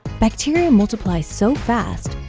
bacteria multiply so fast,